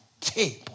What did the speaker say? table